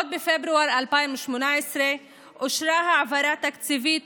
עוד בפברואר 2018 אושרה העברה תקציבית